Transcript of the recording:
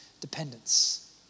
dependence